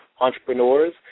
entrepreneurs